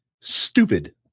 stupid